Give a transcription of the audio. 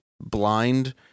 blind